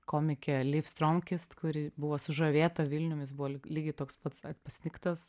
komikė liv striomkist kuri buvo sužavėta vilnium jis buvo lyg lygiai toks pats apsnigtas